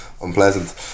unpleasant